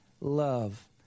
love